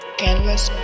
canvas